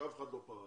שאף אחד לא פרש,